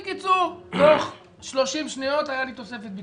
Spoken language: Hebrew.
בקיצור, תוך 30 שניות היה לי תוספת ביטוח.